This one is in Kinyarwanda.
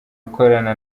ukorana